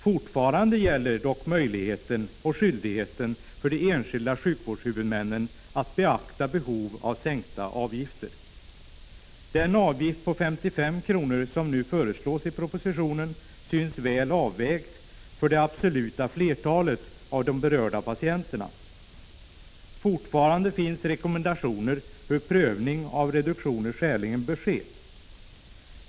Fortfarande har dock de enskilda sjukvårdshuvudmännen möjlighet och skyldighet att beakta behov av sänkta avgifter. Den avgift på 55 kr. som nu föreslås i propositionen synes väl avvägd för det absoluta flertalet av de berörda patienterna. Alltjämt finns rekommendationer för hur prövning av reduktion skäligen bör ske.